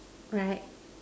right